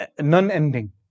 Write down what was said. non-ending